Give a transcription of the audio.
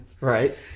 right